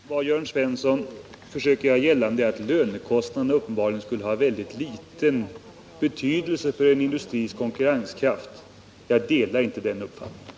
Herr talman! Jörn Svensson försöker göra gällande att lönekostnaderna skulle ha mycket liten betydelse för en industris konkurrenskraft. Jag delar inte den uppfattningen.